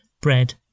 bread